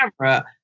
camera